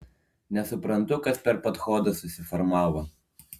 nesuprantu kas per padchodas susiformavo